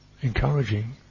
encouraging